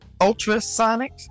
ultrasonic